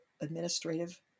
administrative